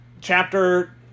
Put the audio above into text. chapter